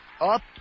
up